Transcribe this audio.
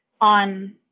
on